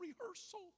rehearsal